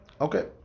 Okay